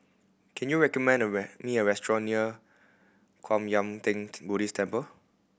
can you recommend me a restaurant near Kwan Yam Theng Buddhist Temple